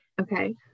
Okay